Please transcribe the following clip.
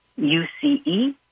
U-C-E